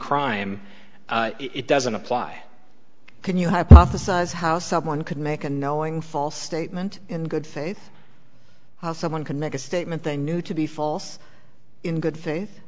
crime it doesn't apply can you hypothesize how someone could make a knowing false statement in good faith how someone can make a statement they knew to be false in good